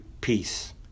peace